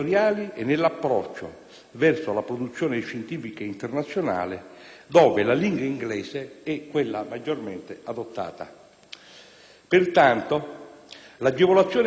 verso la produzione scientifica internazionale, dove la lingua inglese è quella maggiormente adottata. Pertanto, l'agevolazione economica riconosciuta